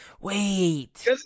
Wait